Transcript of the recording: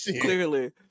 Clearly